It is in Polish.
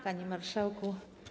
Panie Marszałku!